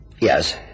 Yes